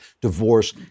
divorce